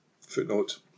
Footnote